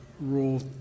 rule